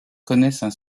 connaissent